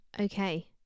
Okay